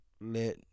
let